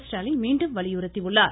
ஸ்டாலின் மீண்டும் வலியுறுத்தியுள்ளார்